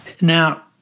Now